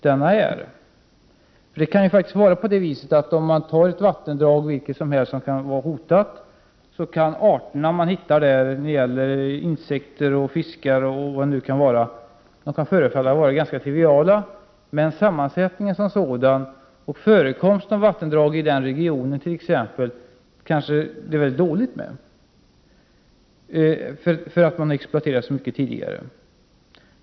Tittar man på ett vattendrag som kan vara hotat — vilket som helst —, kan arterna i detta vattendrag när det gäller insekter, fiskar etc. förefalla vara ganska triviala. Men sammansättningen som sådan och förekomsten av ett vattendrag i den regionen kan vara ganska bristfällig, just på grund av att det harskett en stor exploatering tidigare.